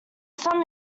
some